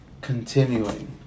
continuing